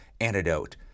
antidote